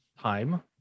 time